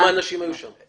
כמה אנשים היו שם?